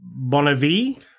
Bonavie